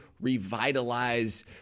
revitalize